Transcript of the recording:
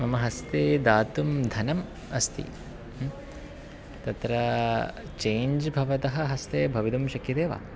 मम हस्ते दातुं धनम् अस्ति तत्र चेञ्ज् भवतः हस्ते भवितुं शक्यते वा